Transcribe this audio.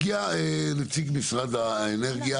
הגיע נציג משרד האנרגיה.